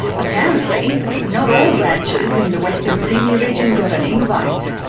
apparently not all branches in the western sydney region got an invite.